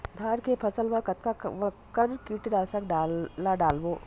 धान के फसल मा कतका कन कीटनाशक ला डलबो?